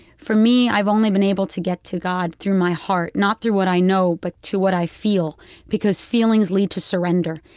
for me, i've only been able to get to god through my heart, not through what i know but through what i feel because feelings lead to surrender.